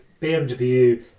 BMW